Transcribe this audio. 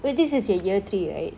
wait this is your year three right